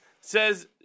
says